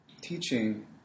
teaching